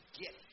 get